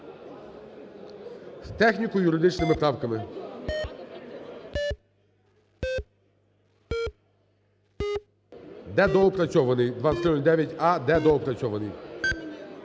З техніко-юридичними правками. Де доопрацьований. 2309а-д доопрацьований.